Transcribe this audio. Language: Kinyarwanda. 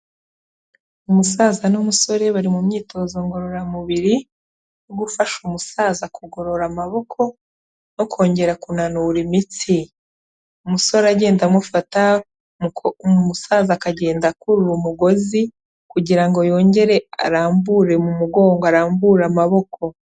Umusaza n'umusore bari mu myitozo ngororamubiri, yo gufasha umusaza kugorora amaboko no kongera kunanura imitsi. Umusore agenda amufata, umusaza akagenda akurura umugozi kugira ngo yongere arambure mu mugongo, arambure amaboko.